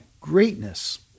greatness